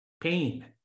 pain